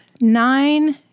nine